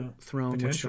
Throne